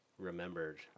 remembered